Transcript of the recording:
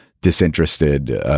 disinterested